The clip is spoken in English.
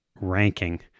ranking